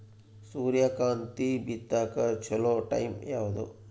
ಸೂರ್ಯಕಾಂತಿ ಬಿತ್ತಕ ಚೋಲೊ ಟೈಂ ಯಾವುದು?